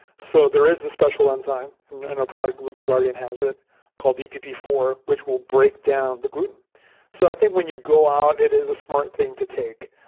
so, there is this special enzyme and our product gluten guardian has it called d p p four, which will break down the gluten so i think when you go out it is a smart thing to take.